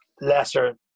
lesser